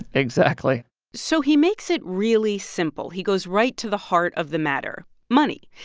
exactly so he makes it really simple. he goes right to the heart of the matter money.